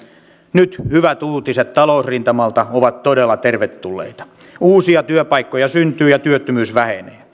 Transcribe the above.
nyt hyvät uutiset talousrintamalta ovat todella tervetulleita uusia työpaikkoja syntyy ja työttömyys vähenee